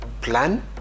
plan